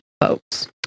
folks